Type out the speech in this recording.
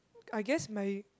I guess my